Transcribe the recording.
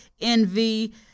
envy